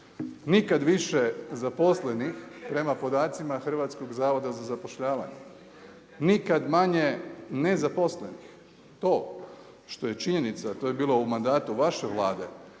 Nikada više zaposlenih prema podacima Hrvatskog zavoda za zapošljavanje. Nikada manje nezaposlenih. To, što je činjenica a to je bilo u mandatu vaše Vlade